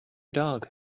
dog